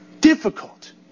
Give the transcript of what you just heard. difficult